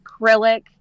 acrylic